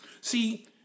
See